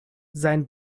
sein